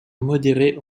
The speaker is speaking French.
modérés